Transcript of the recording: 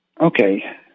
Okay